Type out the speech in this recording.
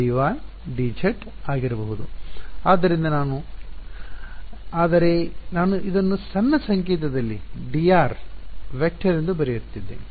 ಆದ್ದರಿಂದ ನಾನು ಆದರೆ ನಾನು ಅದನ್ನು ಸಣ್ಣ ಸಂಕೇತದಲ್ಲಿ dr → ವೆಕ್ಟರ್ ಎಂದು ಬರೆಯುತ್ತಿದ್ದೇನೆ